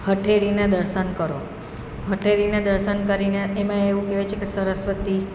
હથેળીના દર્શન કરો હથેળીના દર્શન કરીને એમાં એવું કહેવાય છે કે સરસ્વતી